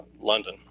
London